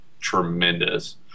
tremendous